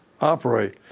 operate